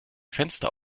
fenster